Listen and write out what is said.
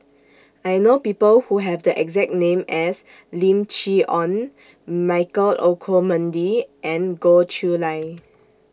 I know People Who Have The exact name as Lim Chee Onn Michael Olcomendy and Goh Chiew Lye